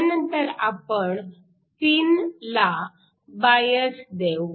ह्यानंतर आपण pin ला बायस देऊ